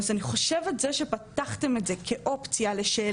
אז אני חושבת זה שפתחתם את זה כאופציה לשאלה,